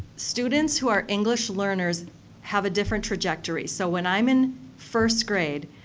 students who are english learners have a different trajectory. so, when i'm in first grade,